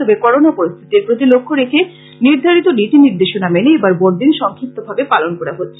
তবে করোনা পরিস্থিতির প্রতি লক্ষ্য রেখে নির্ধারিত নীতি নির্দেশনা মেনে এবার বড়দিন সংক্ষিপ্তভাবে পালন করা হচ্ছে